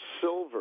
silver